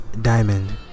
Diamond